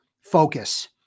focus